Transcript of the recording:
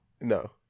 No